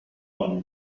vingt